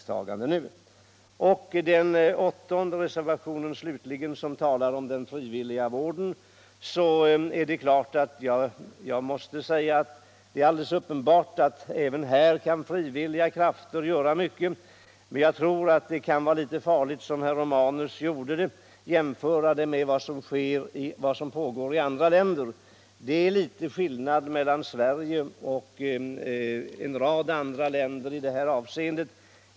Med anledning av reservationen 8, som behandlar den frivilliga vården, vill jag slutligen säga att det är uppenbart att frivilliga krafter även här kan göra mycket men att det kan vara farligt att, som herr Romanus gjorde, jämföra med vad som sker i andra länder. Det är skillnad mellan Sverige och en rad andra länder i det här avseendet.